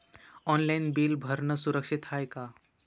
Online bill भरनं सुरक्षित हाय का?